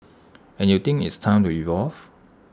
and you think it's time to evolve